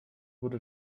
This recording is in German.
wurde